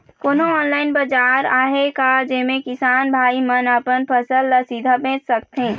कोन्हो ऑनलाइन बाजार आहे का जेमे किसान भाई मन अपन फसल ला सीधा बेच सकथें?